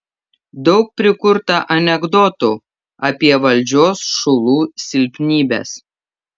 daug prikurta anekdotų apie valdžios šulų silpnybes